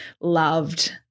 loved